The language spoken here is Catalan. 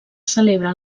celebra